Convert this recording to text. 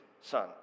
son